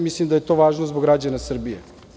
Mislim da je to važno zbog građana Srbije.